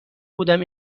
بودم